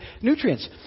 nutrients